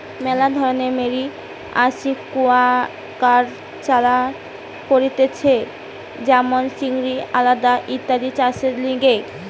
মেলা ধরণের marine aquaculture করতিছে যেমন চিংড়ি, আলগা ইত্যাদি চাষের লিগে